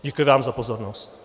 Děkuji vám za pozornost.